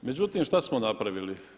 Međutim, šta smo napravili?